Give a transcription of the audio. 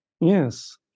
Yes